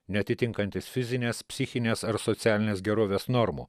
neatitinkantis fizinės psichinės ar socialinės gerovės normų